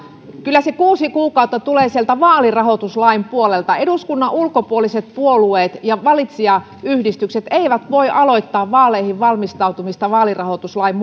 kyllä se kuusi kuukautta tulee sieltä vaalirahoituslain puolelta eduskunnan ulkopuoliset puolueet ja valitsijayhdistykset eivät voi aloittaa vaaleihin valmistautumista vaalirahoituslain